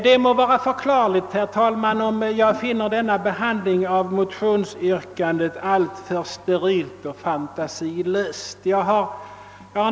Det är väl förklarligt, herr talman, att jag finner denna behandling av motionsyrkandet alltför steril och fantasilös.